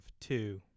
two